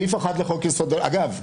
אגב,